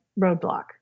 roadblock